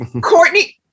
Courtney